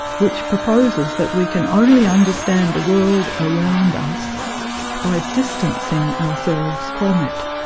which proposes that we can only understand the world around us by distancing ourselves from it.